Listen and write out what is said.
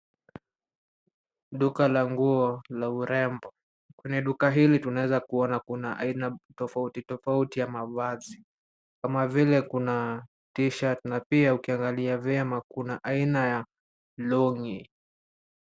Duka la nguo na urembo. Kwenye duka hili tunaweza kuona kuna aina tofauti tofauti ya mavazi kama vile kuna t-shirt na pia ukiangalia vyema unaona kuna aina ya long'i .